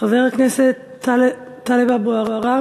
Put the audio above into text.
חבר הכנסת טלב אבו עראר,